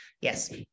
yes